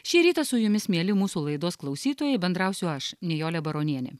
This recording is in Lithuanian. šį rytą su jumis mieli mūsų laidos klausytojai bendrausiu aš nijolė baronienė